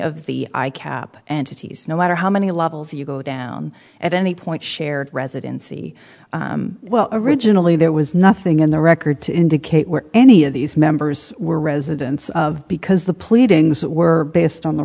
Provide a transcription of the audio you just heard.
of the icap and cities no matter how many levels you go down at any point shared residency well originally there was nothing in the record to indicate where any of these members were residents of because the pleadings were based on the